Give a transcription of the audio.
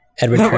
Edward